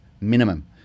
minimum